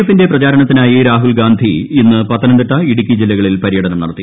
എഫിന്റെ പ്രചാരണത്തിനായി രാഹുൽ ഗാന്ധി ഇന്ന് പത്തനംതിട്ട ഇടുക്കി ജില്ലകളിൽ പര്യടനം നടത്തി